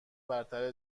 برتر